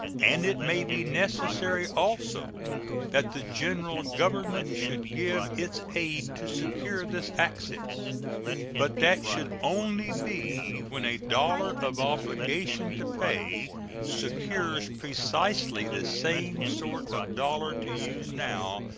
and it may be necessary also that the general government should give its aid to secure this access but that should only be when a dollar of obligation to pay secures precisely the same sort of dollar to use now,